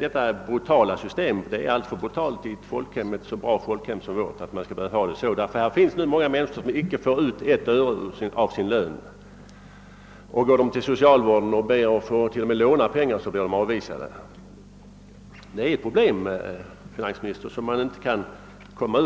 Detta system är alltför brutalt, särskilt i ett så välordnat folkhem som vårt. Det finns många människor som inte får ut ett öre av sin lön, och om de försöker låna pengar hos socialvården blir de avvisade. Det problemet kan man inte lösa bara